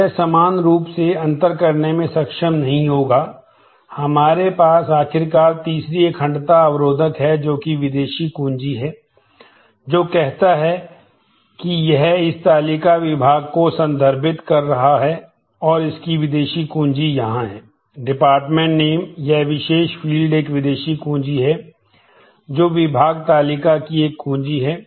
तो यह समान रूप से अंतर करने में सक्षम नहीं होगा हमारे पास आखिरकार तीसरी अखंडता अवरोधक है जोकि विदेशी कुंजी है जो कहता है कि यह इस तालिका विभाग को संदर्भित कर रहा है और इसकी विदेशी कुंजी यहां है dep name यह विशेष फ़ील्ड एक विदेशी कुंजी है जो विभाग तालिका की एक कुंजी है